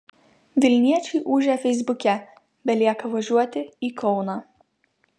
vilniečiai ūžia feisbuke belieka važiuoti į kauną